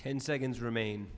ten seconds remain